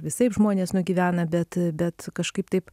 visaip žmonės nugyvena bet bet kažkaip taip